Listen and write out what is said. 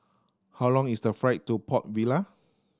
how long is the flight to Port Vila